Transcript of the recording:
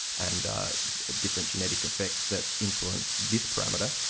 and different genetic effects that influence this parameter.